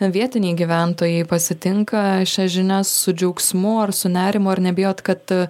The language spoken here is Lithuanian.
vietiniai gyventojai pasitinka šias žinias su džiaugsmu ar su nerimu nebijot kad